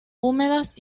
húmedas